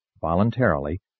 voluntarily